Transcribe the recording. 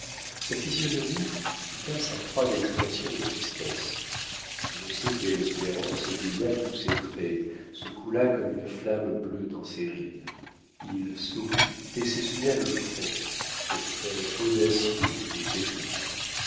sa physionomie quitta sa froide expression de tristesse je ne sais quelle espérance égaya tous ses traits se coula comme une flamme bleue dans ses rides il sourit et s'essuya le front ce front audacieux et terrible